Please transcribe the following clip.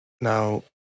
Now